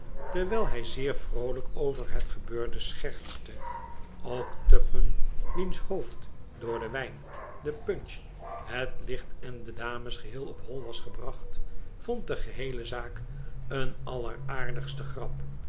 terwijl hij zeer vroolijk over het gebeurde schertste ook tupman wiens hoofd door den wijn de punch het licht en de dames geheel op hoi was gebracht vond de geheele zaak een alleraardigste grap